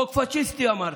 חוק פשיסטי, אמרת.